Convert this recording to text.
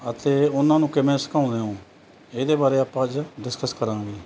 ਅਤੇ ਉਨ੍ਹਾਂ ਨੂੰ ਕਿਵੇਂ ਸੁਕਾਉਂਦੇ ਹੋ ਇਹਦੇ ਬਾਰੇ ਆਪਾਂ ਅੱਜ ਡਿਸਕਸ ਕਰਾਂਗੇ